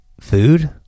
Food